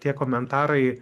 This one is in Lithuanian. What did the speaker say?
tie komentarai